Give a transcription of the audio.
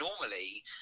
normally